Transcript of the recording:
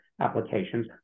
applications